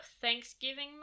Thanksgiving